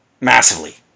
massively